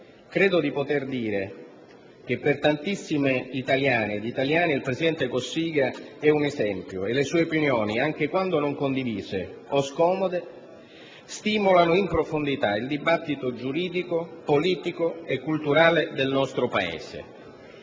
Credo di poter dire che per tantissime italiane e italiani il presidente Cossiga è un esempio e le sue opinioni, anche quando non condivise o scomode, stimolano in profondità il dibattito giuridico, politico e culturale del nostro Paese.